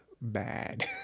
bad